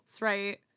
right